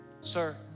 Sir